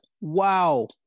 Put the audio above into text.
wow